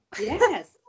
Yes